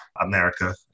America